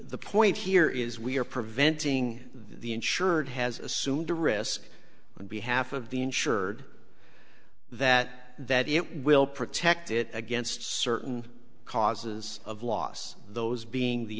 the point here is we are preventing the insured has assumed a risk on behalf of the insured that that it will protect it against certain causes of loss those being the